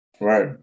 right